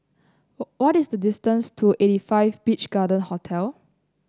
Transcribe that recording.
what is the distance to eighty five Beach Garden Hotel